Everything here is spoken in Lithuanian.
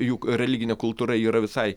juk religinė kultūra yra visai